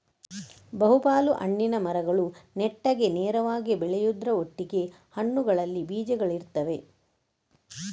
ಬಹು ಪಾಲು ಹಣ್ಣಿನ ಮರಗಳು ನೆಟ್ಟಗೆ ನೇರವಾಗಿ ಬೆಳೆಯುದ್ರ ಒಟ್ಟಿಗೆ ಹಣ್ಣುಗಳಲ್ಲಿ ಬೀಜಗಳಿರ್ತವೆ